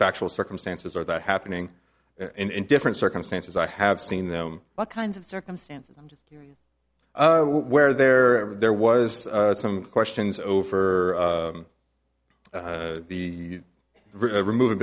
factual circumstances or that happening in different circumstances i have seen them all kinds of circumstances where there there was some questions over the remove